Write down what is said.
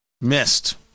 missed